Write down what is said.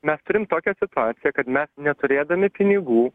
mes turim tokią situaciją kad mes neturėdami pinigų